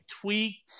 tweaked –